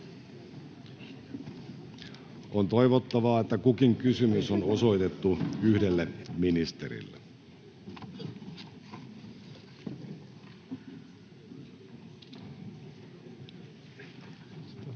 On toivottavaa, että kukin kysymys on osoitettu yhdelle ministerille. Edustaja